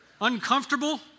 Uncomfortable